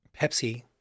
Pepsi